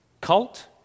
cult